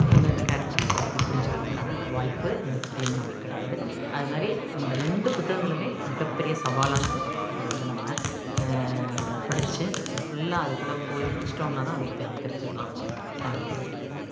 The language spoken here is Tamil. அந்த அந்த கேரெக்டர்ஸை பற்றி புரிஞ்சிக்கிறதுக்கான ஒரு வாய்ப்பு அந்த புக்குலையும் நமக்கு கிடைக்குது அது மாதிரி இந்த ரெண்டு புத்தகங்களுமே மிகப்பெரிய சவாலான புத்தகம் இது வந்து நம்ம படிச்சு அதை ஃபுல்லாக அதுக்குள்ளே போய் முடிச்சிவிட்டோம்னா தான் அதை பற்றி நம்ம தெரிஞ்சுக்கலாம் தேங்க் யூ